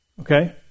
Okay